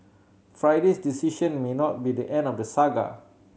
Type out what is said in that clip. Friday's decision may not be the end of the saga